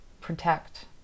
protect